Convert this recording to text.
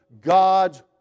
God's